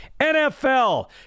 NFL